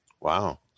Wow